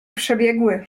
przebiegły